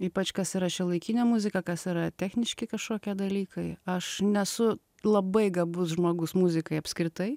ypač kas yra šiuolaikinė muzika kas yra techniški kažkokie dalykai aš nesu labai gabus žmogus muzikai apskritai